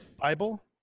Bible